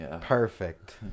Perfect